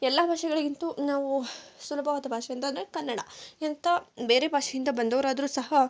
ಎಲ್ಲ ಭಾಷೆಗಳಿಗಿಂತ ನಾವು ಸುಲಭವಾದ ಭಾಷೆ ಅಂತಂದರೆ ಕನ್ನಡ ಎಂಥ ಬೇರೆ ಭಾಷೆಯಿಂದ ಬಂದವರಾದರೂ ಸಹ